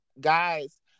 guys